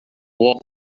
walk